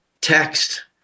text